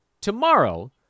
tomorrow